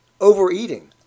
overeating